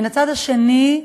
מצד שני,